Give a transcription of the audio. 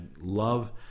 love